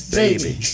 baby